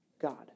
God